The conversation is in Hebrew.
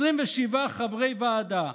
27 חברי ועדה.